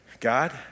God